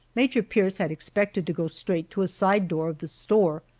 major pierce had expected to go straight to a side door of the store,